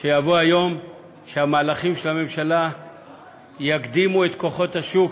שיבוא היום שהמהלכים של הממשלה יקדימו את כוחות השוק.